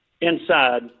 inside